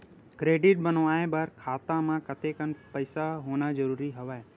Credit बनवाय बर खाता म कतेकन पईसा होना जरूरी हवय?